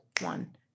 One